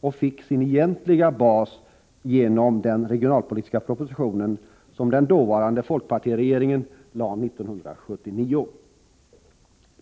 och fick sin egentliga bas genom den regionalpolitiska proposition som den dåvarande folkpartiregeringen lade fram 1979.